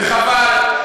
וחבל.